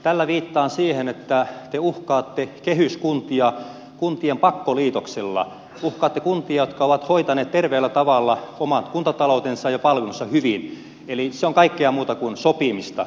tällä viittaan siihen että te uhkaatte kehyskuntia kuntien pakkoliitoksilla uhkaatte kuntia jotka ovat hoitaneet terveellä tavalla omat kuntataloutensa ja palvelunsa hyvin eli se on kaikkea muuta kuin sopimista